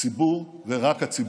הציבור ורק הציבור.